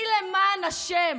מי למען השם